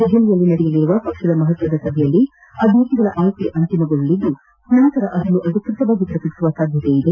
ದೆಹಲಿಯಲ್ಲಿ ನಡೆಯಲಿರುವ ಪಕ್ಷದ ಮಹತ್ವದ ಸಭೆಯಲ್ಲಿ ಅಭ್ಯರ್ಥಿಗಳ ಆಯ್ಕೆ ಅಂತಿಮಗೊಳ್ಳಲಿದ್ದು ನಂತರ ಅದನ್ನು ಅಧಿಕೃತವಾಗಿ ಪ್ರಕಟಿಸುವ ಸಾಧ್ಯತೆ ಇದೆ